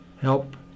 help